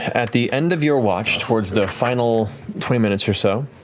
at the end of your watch, towards the final twenty minutes or so,